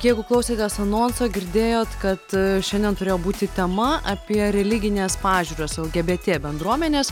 jeigu klausėtės anonso girdėjot kad šiandien turėjo būti tema apie religines pažiūras lgbt bendruomenės